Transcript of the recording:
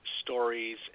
stories